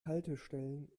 haltestellen